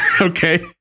okay